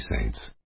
Saints